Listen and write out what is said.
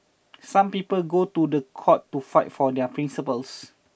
some people go to the court to fight for their principles